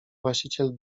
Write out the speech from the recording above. właściciel